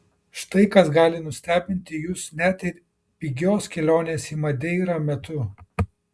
štai kas gali nustebinti jus net ir pigios kelionės į madeirą metu